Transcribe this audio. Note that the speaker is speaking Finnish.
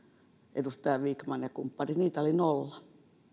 edustaja vikman ja kumppanit niitä oli nolla